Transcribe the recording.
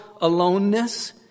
aloneness